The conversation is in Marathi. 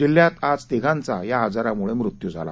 जिल्ह्यात आज तिघांचा या आजारामुळे मृत्यू झाला